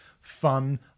fun